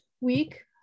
week